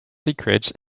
secrets